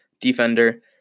defender